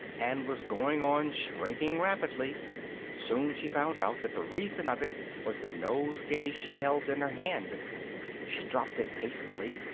and was going on shrinking rapidly soon she found out that the reason of it was the nosegay she held in her hand she dropped it hastily,